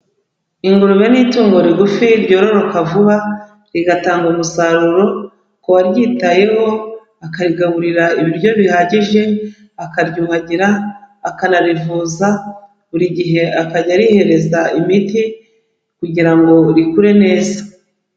Ingurube ni itungo rigufi ryororoka vuba, rigatanga umusaruro, k'uwaryitayeho, akarigaburira ibiryo bihagije, akaryuhagira, akanarivuza buri gihe akajya arihereza imiti kugira ngo rikure neza.